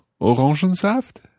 Orangensaft